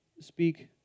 speak